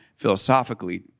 philosophically